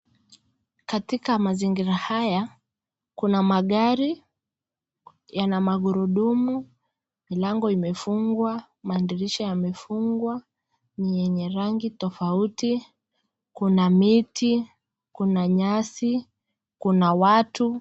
Katika mazingira haya kuna magari, yana magurudumu, milango imefungwa, madirisha yamefungwa, ni yenye rangi tofauti, kuna miti, kuna nyasi, kuna watu.